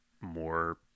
more